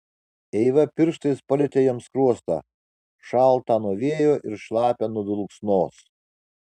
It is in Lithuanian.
eiva pirštais palietė jam skruostą šaltą nuo vėjo ir šlapią nuo dulksnos